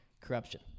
corruption